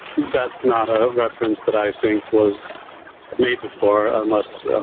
that's not a reference that i think was made before, unless.